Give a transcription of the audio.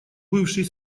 бывший